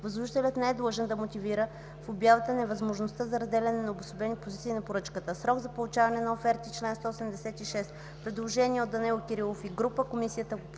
Възложителят не е длъжен да мотивира в обявата невъзможността за разделяне на обособени позиции на поръчката.” „Срок за получаване на оферти” – чл. 186. Има предложение от Данаил Кирилов и група народни